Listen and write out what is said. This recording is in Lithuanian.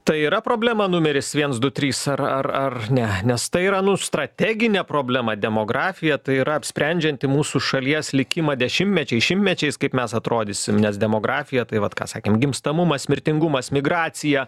tai yra problema numeris viens du trys ar ar ne nes tai yra nu strateginė problema demografija tai yra apsprendžianti mūsų šalies likimą dešimtmečiais šimtmečiais kaip mes atrodysim nes demografija tai vat ką sakėm gimstamumas mirtingumas migracija